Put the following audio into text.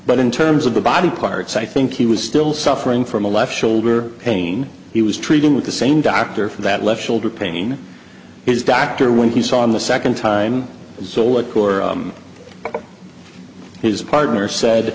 but in terms of the body parts i think he was still suffering from a left shoulder pain he was treating with the same doctor for that left shoulder pain his doctor when he saw him the second time zoellick or his partner said